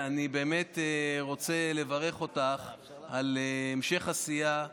אני רוצה לברך אותך בהמשך עשייה,